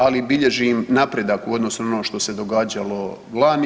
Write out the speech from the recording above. Ali bilježim napredak u odnosu na ono što se događalo lani.